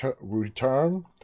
return